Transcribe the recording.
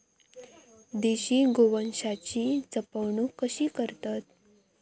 देशी गोवंशाची जपणूक कशी करतत?